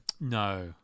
No